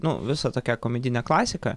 nu visa tokia komedinė klasika